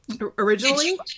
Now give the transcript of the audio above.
originally